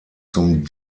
zum